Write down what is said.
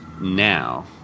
now